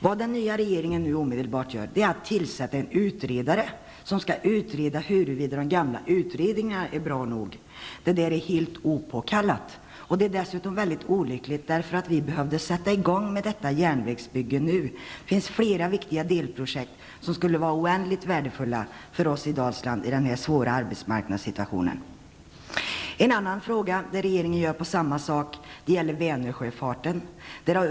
Vad den nya regeringen nu gör är att omedelbart tillsätta en utredare som skall utreda huruvida de gamla utredningarna är bra nog. Det är helt opåkallat och dessutom mycket olyckligt eftersom vi behöver sätta i gång med detta järnvägsbygge nu. Det finns flera viktiga delprojekt som skulle vara oändligt värdefulla för oss i Dalsland i denna svåra arbetsmarknadssituation. En annan fråga där regeringen gör på samma sätt gäller Vänersjöfarten.